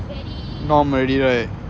the norm already right